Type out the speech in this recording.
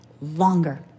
longer